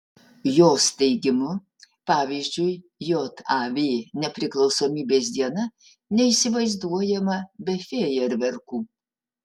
jos teigimu pavyzdžiui jav nepriklausomybės diena neįsivaizduojama be fejerverkų